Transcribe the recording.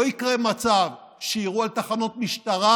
לא יקרה מצב שיירו על תחנות משטרה